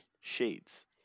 Shades